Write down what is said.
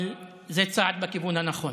אבל זה צעד בכיוון הנכון.